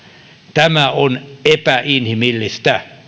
tämä on epäinhimillistä